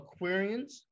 Aquarians